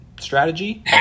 strategy